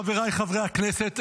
חבריי חברי הכנסת,